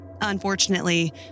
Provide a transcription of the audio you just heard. Unfortunately